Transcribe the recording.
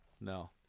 no